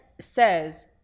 says